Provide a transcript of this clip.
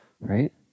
right